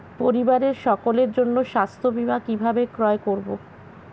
পরিবারের সকলের জন্য স্বাস্থ্য বীমা কিভাবে ক্রয় করব?